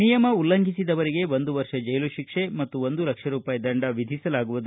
ನಿಯಮ ಉಲ್ಲಂಘಿಸಿದವರಿಗೆ ಒಂದು ವರ್ಷ ಚೈಲು ಶಿಕ್ಷೆ ಮತ್ತು ಒಂದು ಲಕ್ಷ ರೂಪಾಯಿ ದಂಡ ವಿಧಿಸಲಾಗುವುದು